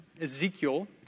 Ezekiel